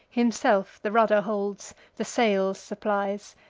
himself the rudder holds, the sails supplies.